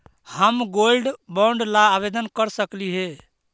हम gold bond ला आवेदन कर सकली हे?